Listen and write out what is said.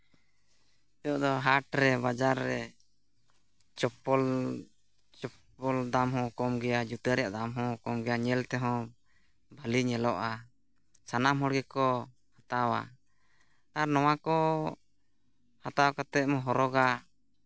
ᱱᱤᱛᱚᱜ ᱫᱚ ᱦᱟᱴᱨᱮ ᱵᱟᱡᱟᱨ ᱨᱮ ᱪᱚᱯᱯᱚᱞ ᱪᱚᱯᱯᱚᱞ ᱫᱟᱢ ᱦᱚᱸ ᱠᱚᱢ ᱜᱮᱭᱟ ᱡᱩᱛᱟᱹ ᱨᱮᱭᱟᱜ ᱫᱟᱢ ᱦᱚᱸ ᱠᱚᱢ ᱜᱮᱭᱟ ᱧᱮᱞ ᱛᱮᱦᱚᱸ ᱵᱷᱟᱞᱮ ᱧᱮᱞᱚᱜᱼᱟ ᱥᱟᱱᱟᱢ ᱦᱚᱲᱜᱮᱠᱚ ᱦᱟᱛᱟᱣᱟ ᱟᱨ ᱱᱚᱣᱟᱠᱚ ᱦᱟᱛᱟᱣ ᱠᱟᱛᱮ ᱦᱚᱨᱚᱜᱟ